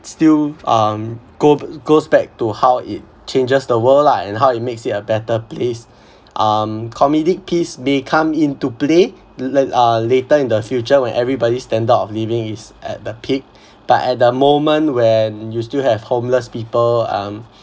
still um go goes back to how it changes the world lah and how it makes it a better place um comedic piece they come into play later in the future when everybody's standard of living is at the peak but at the moment when you still have homeless people um